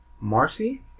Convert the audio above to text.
Marcy